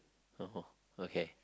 oh okay